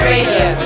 Radio